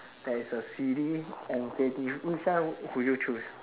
there is a silly and creative which one will you choose